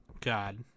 God